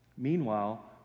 Meanwhile